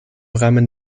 rahmen